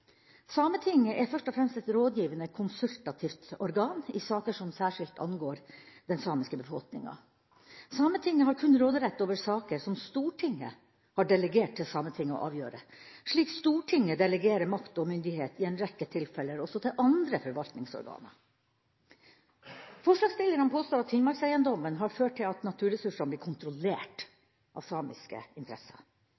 Sametinget er først og fremst et rådgivende, konsultativt organ i saker som særskilt angår den samiske befolkninga. Sametinget har kun råderett over saker som Stortinget har delegert til Sametinget å avgjøre, slik Stortinget delegerer makt og myndighet i en rekke tilfeller også til andre forvaltningsorganer. Forslagsstillerne påstår at Finnmarkseiendommen har ført til at naturressursene blir kontrollert